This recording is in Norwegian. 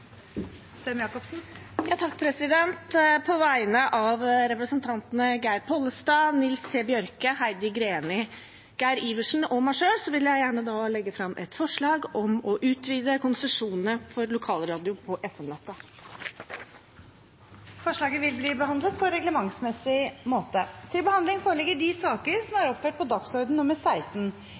På vegne av representantene Geir Pollestad, Heidi Greni, Geir Adelsten Iversen, Nils T. Bjørke og meg selv vil jeg legge fram et forslag om å utvide konsesjonene for lokalradio på FM-nettet. Forslaget vil bli behandlet på reglementsmessig måte.